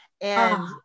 And-